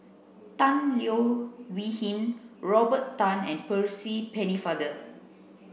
Tan Leo Wee Hin Robert Tan and Percy Pennefather